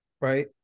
right